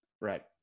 Right